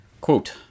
Quote